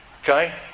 Okay